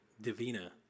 Divina